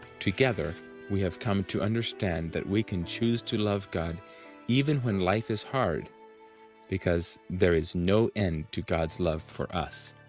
together we have come to understand that we can choose to love god even when life is hard because there is no end to god's love for us.